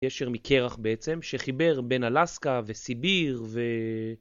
קשר מקרח בעצם שחיבר בין אלסקה וסיביר ו...